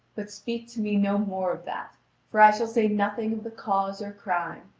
but speak to me no more of that for i shall say nothing of the cause or crime,